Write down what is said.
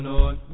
on